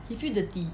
he feel dirty